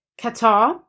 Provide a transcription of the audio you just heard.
Qatar